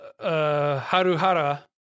Haruhara